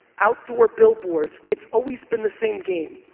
outdoor billboards. it's always been the same game.